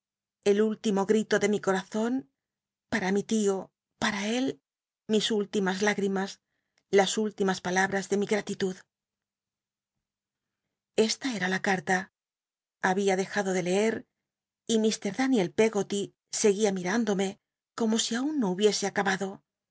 el último grito de mi cotazon para mi t io para él mis últimas hgrimas las última palabras de mi gta titud n esta era la carta habia dejado de leer y mr daniel peggoty seguia mirándome como si aun no hubiese acabado